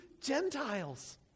Gentiles